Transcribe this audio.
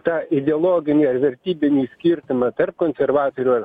tą ideologinį ar vertybinį skirtumą tarp konservatorių ar